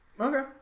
Okay